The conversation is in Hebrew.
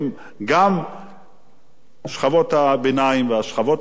גם שכבות הביניים והשכבות החלשות,